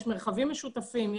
יש מרחבים משותפים,